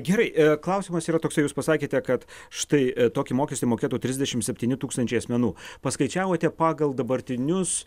gerai klausimas yra toksai jūs pasakėte kad štai tokį mokestį mokėtų trisdešimt septyni tūkstančiai asmenų paskaičiavote pagal dabartinius